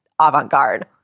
avant-garde